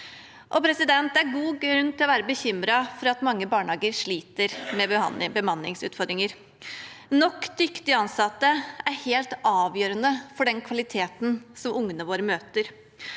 Det er god grunn til å være bekymret for at mange barnehager sliter med bemanningsutfordringer. Nok dyktige ansatte er helt avgjørende for den kvaliteten ungene våre møter.